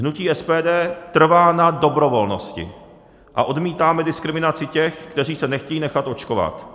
Hnutí SPD trvá na dobrovolnosti a odmítáme diskriminaci těch, kteří se nechtějí nechat očkovat.